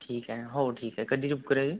ठीक आहे हो ठीक आहे कधीची बुक करायची